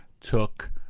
took